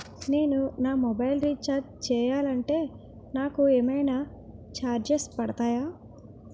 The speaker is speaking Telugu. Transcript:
నేను నా మొబైల్ రీఛార్జ్ చేయాలంటే నాకు ఏమైనా చార్జెస్ పడతాయా?